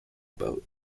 boat